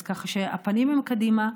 אז ככה שהפנים קדימה,